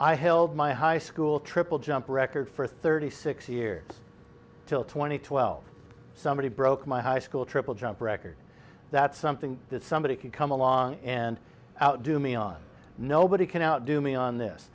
i held my high school triple jump record for thirty six years till twenty twelve somebody broke my high school triple jump record that's something that somebody could come along and outdo me on nobody can outdo me on this